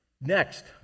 Next